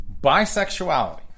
Bisexuality